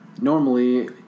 normally